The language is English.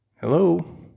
Hello